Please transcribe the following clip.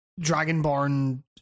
Dragonborn